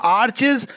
arches